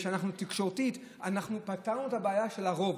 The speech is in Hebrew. תקשורתית אנחנו פתרנו את הבעיה של הרוב,